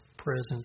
presence